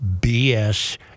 BS